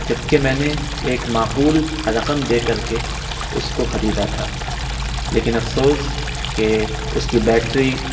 جبکہ میں نے ایک معقول رقم دے کر کے اس کو خریدا تھا لیکن افسوس کہ اس کی بیٹری